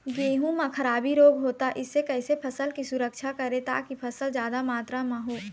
गेहूं म खराबी रोग होता इससे कैसे फसल की सुरक्षा करें ताकि फसल जादा मात्रा म हो?